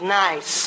nice